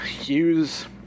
use